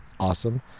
awesome